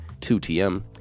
2TM